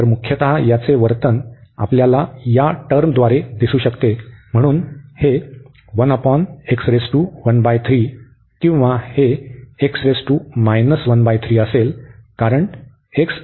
तर मुख्यतः याचे वर्तन आपल्याला या टर्मद्वारे दिसू शकते म्हणून हे किंवा हे असेल कारण आहे